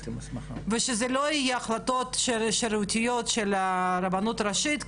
ושזה לא יהיה החלטות שרירותיות של הרבנות הראשית,